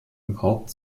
überhaupt